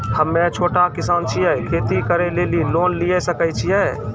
हम्मे छोटा किसान छियै, खेती करे लेली लोन लिये सकय छियै?